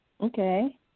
Okay